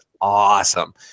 awesome